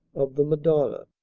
of the madonna.